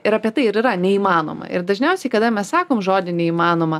ir apie tai ir yra neįmanoma ir dažniausiai kada mes sakom žodį neįmanoma